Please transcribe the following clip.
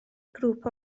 grŵp